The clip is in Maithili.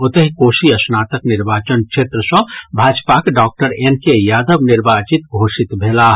ओतहि कोसी स्नातक निर्वाचन क्षेत्र सॅ भाजपाक डॉक्टर एन के यादव निर्वाचित घोषित भेलाह